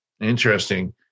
Interesting